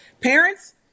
Parents